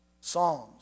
Psalms